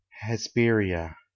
Hesperia